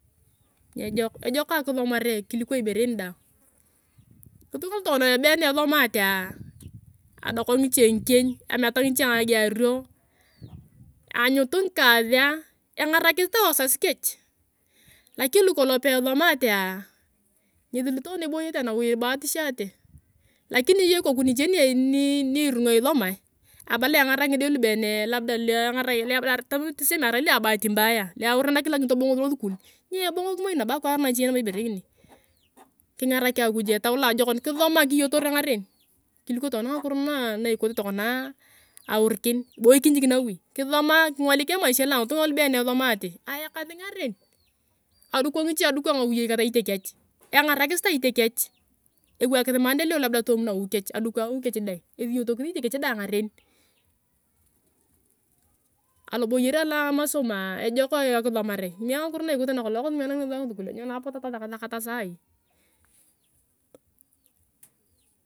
Ejok akisomare kiliko ibore en daang, ngitunga lutokona been esomatea adoka ngiche ngikieny ameata ngiche ngagario anyut ngikasea engarakis ta wasasi kech lakini lukolong pe esomatea ngesi lutokona iboyete anawi ibatishate lakini iyong ikoku niche ni erring isomae abalang engarak ngide lubeen labda lua bahati mbaya luaurenakin lakini tobongosi losukul niebongosi moi nabo akwaer nache ibore ngini kingarak akuj etau loajokon kisoma kiyotorea ngaren kuliko tokona ngakiro na ikote tokona aurikin kiboikin jik nawi kisoma kingolik emaisha loa angitunga alubeen esomate aekasi ngaren aduko ngiche aduko ngauyei kata itiekech engakis ta itiekech ewakis maendeleo labda tomaa nawi kech aduko awi kech deng ethiyotokis itiekech deng ngaren. Aloboyer aloa masomoaa ejok akisomare kime ngakiro naikote nakolong kosi kimianakinea sua nyonu apot asakasakat saii.